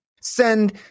Send